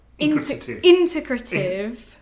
integrative